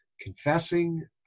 confessing